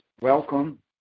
welcome